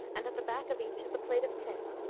and at the back of each is a plate of tin,